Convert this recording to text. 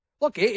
Look